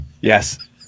Yes